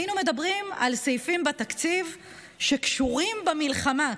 היינו מדברים על סעיפים בתקציב שקשורים במלחמה,